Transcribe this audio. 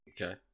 Okay